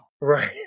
Right